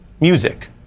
music